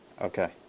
okay